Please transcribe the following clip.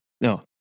No